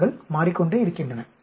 மாற்றங்கள் மாறிக்கொண்டே இருக்கின்றன